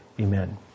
Amen